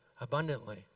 abundantly